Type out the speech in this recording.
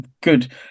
good